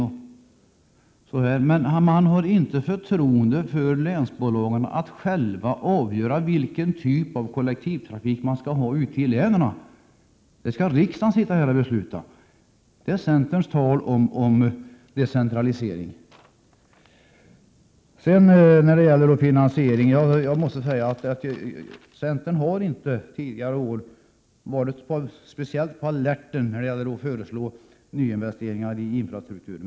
Men centern har inte förtroende för att länsbolagen själva kan avgöra vilken typ av kollektivtrafik man skall ha ute i länen. Det skall riksdagen besluta om. Det är centerns tal om decentralisering. Beträffande finansieringen måste jag säga att centern inte tidigare år har varit speciellt på alerten när det gäller att föreslå nyinvesteringar i infrastrukturen.